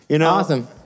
Awesome